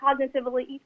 cognitively